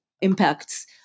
impacts